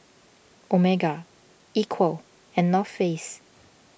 Omega Equal and North Face